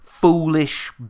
foolish